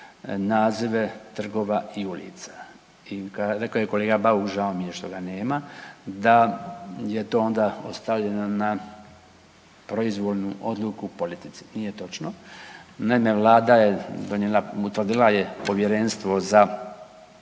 nazive trgova i ulica i rekao je kolega Bauk, žao mi je što ga nema, da je to onda ostavljeno na proizvoljnu odluku politici. Nije točno, ne, ne, Vlada je donijela, utvrdila je povjerenstvo za